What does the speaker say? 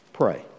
pray